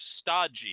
stodgy